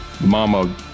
Mama